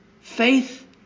Faith